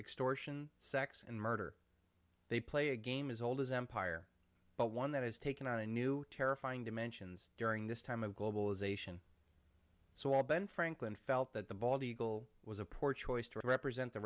extortion sex and murder they play a game as old as empire but one that has taken on a new terrifying dimensions during this time of globalization so all ben franklin felt that the bald eagle was a poor choice to represent the